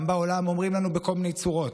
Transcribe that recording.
גם בעולם אומרים לנו בכל מיני צורות: